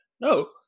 no